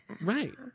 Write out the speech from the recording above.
right